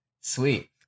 sweet